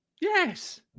Yes